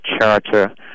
charter